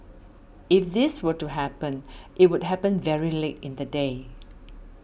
if this were to happen it would happen very late in the day